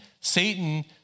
Satan